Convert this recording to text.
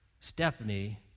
Stephanie